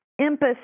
empathy